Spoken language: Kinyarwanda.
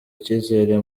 icyizere